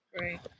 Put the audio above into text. Right